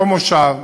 אותו מושב,